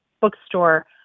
bookstore